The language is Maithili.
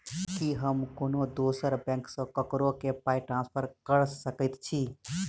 की हम कोनो दोसर बैंक सँ ककरो केँ पाई ट्रांसफर कर सकइत छि?